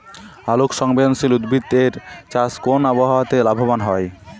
আলোক সংবেদশীল উদ্ভিদ এর চাষ কোন আবহাওয়াতে লাভবান হয়?